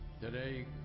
Today